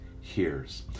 hears